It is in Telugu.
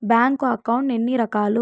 బ్యాంకు అకౌంట్ ఎన్ని రకాలు